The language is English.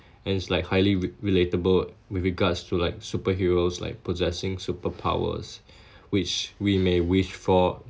and it's like highly re~ relatable with regards to like superheroes like possessing superpowers which we may wish for